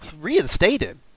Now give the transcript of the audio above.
Reinstated